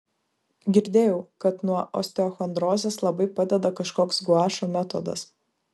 girdėjau kad nuo osteochondrozės labai padeda kažkoks guašo metodas